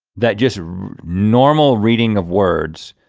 that just normal reading of words.